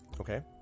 Okay